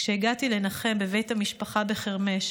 כשהגעתי לנחם בבית המשפחה בחרמש,